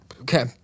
Okay